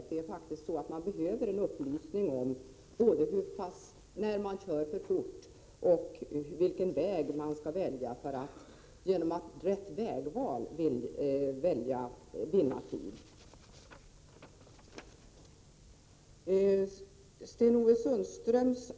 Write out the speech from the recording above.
Man behöver faktiskt en upplysning om både när man kör för fort och vilken väg man skall välja för att via vägvalet vinna tid.